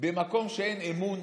במקום שאין אמון,